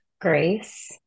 grace